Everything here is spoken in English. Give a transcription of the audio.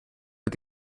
but